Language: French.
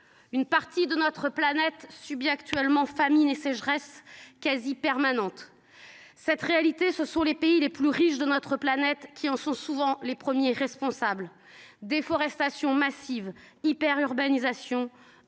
Une partie de notre planète subit famine et sécheresse de manière quasi permanente. Cette réalité, ce sont souvent les pays les plus riches de notre planète qui en sont les premiers responsables : déforestation massive, hyperurbanisation,